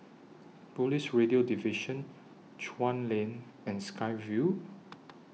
Police Radio Division Chuan Lane and Sky Vue